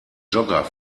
jogger